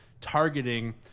targeting –